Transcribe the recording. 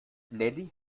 nelly